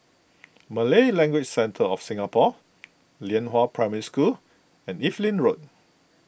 Malay Language Centre of Singapore Lianhua Primary School and Evelyn Road